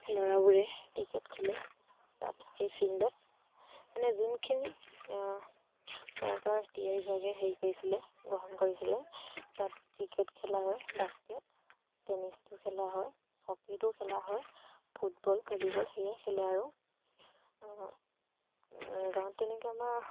ল'ৰাবোৰে ক্ৰিকেট খেলে তাত সেই ফিল্ডত মানে যোনখিনি চৰকাৰৰ ক্ৰীয়া বিভাগে হেৰি কৰিছিলে গ্ৰহণ কৰিছিলে তাত ক্ৰিকেট খেলা হয় বাস্কেট টেনিছটো খেলা হয় হকীটো খেলা হয় ফুটবল ভলীবল সেয়াই খেলে আৰু গাঁৱত তেনেকৈ আমাৰ